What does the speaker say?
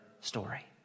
story